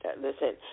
Listen